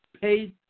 Pay